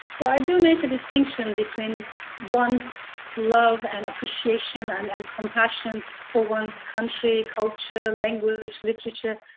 so i do make a distinction between one's love and appreciation and and compassion for one's country, culture, language, literature.